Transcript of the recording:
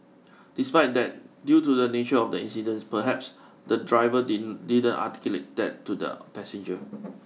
despite that due to the nature of the incident perhaps the driver did didn't articulate that to the passenger